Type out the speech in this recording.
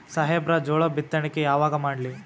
ಸಾಹೇಬರ ಜೋಳ ಬಿತ್ತಣಿಕಿ ಯಾವಾಗ ಮಾಡ್ಲಿ?